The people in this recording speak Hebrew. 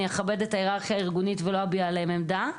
אני אכבד את ההיררכיה הארגונית ולא אביע עליהם עמדה,